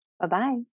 Bye-bye